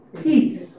peace